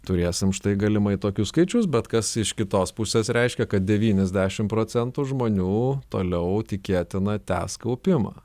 turėsim štai galimai tokius skaičius bet kas iš kitos pusės reiškia kad devynisdešim procentų žmonių toliau tikėtina tęs kaupimą